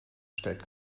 stellt